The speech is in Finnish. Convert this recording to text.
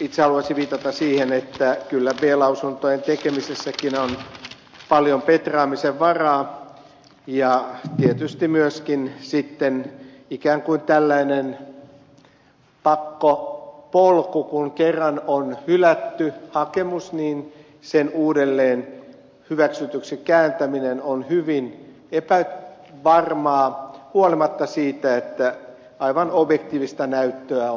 itse haluaisin viitata siihen että kyllä b lausuntojen tekemisessäkin on paljon petraamisen varaa ja tietysti on myöskin sitten ikään kuin tällainen pakkopolku että kun kerran on hylätty hakemus niin sen uudelleen hyväksytyksi kääntäminen on hyvin epävarmaa huolimatta siitä että aivan objektiivista näyttöä